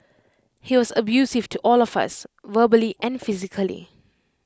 he was abusive to all of us verbally and physically